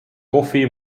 kohvi